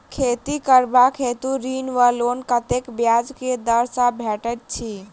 खेती करबाक हेतु ऋण वा लोन कतेक ब्याज केँ दर सँ भेटैत अछि?